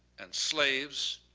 and slaves,